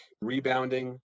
rebounding